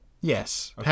Yes